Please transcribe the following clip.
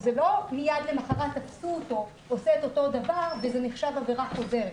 זה לא שמיד למחרת תפסו אותו עושה את אותו דבר וזה נחשב עבירה חוזרת.